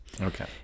Okay